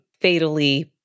fatally